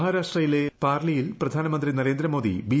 മഹാരാഷ്ട്രയിലെ പാർലിയിൽ പ്രധാനമന്ത്രി നരേന്ദ്രമോദി ബി